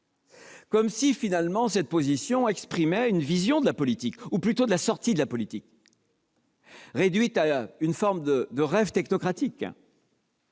comme si cette position exprimait une vision de la politique, ou plutôt de la sortie de la politique, réduite à une forme de rêve technocratique